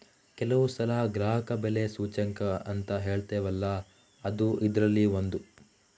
ಕೆಲವು ಸಲ ಗ್ರಾಹಕ ಬೆಲೆ ಸೂಚ್ಯಂಕ ಅಂತ ಹೇಳ್ತೇವಲ್ಲ ಅದೂ ಇದ್ರಲ್ಲಿ ಒಂದು